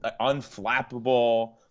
unflappable